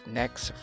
next